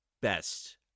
best